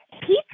pizza